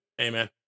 Amen